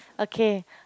okay